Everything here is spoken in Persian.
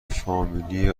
فامیلی